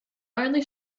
only